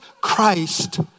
Christ